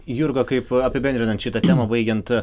jurga kaip apibendrinant šitą temą baigiant